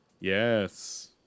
Yes